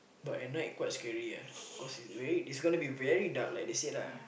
but at night quite scary ah cause it's very it's gonna be very dark like they said lah